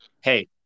Hey